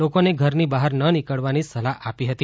લોકોને ઘરની બહાર ન નીકળવાની સલાહ આપી હતી